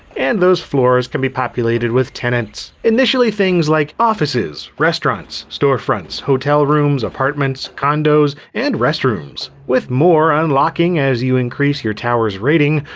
and those floors can be populated with tenants. initially things like offices, restaurants, storefronts, hotel rooms, apartments, condos, and restrooms. with more unlocking as you increase your tower's rating,